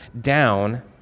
down